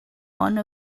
one